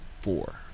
four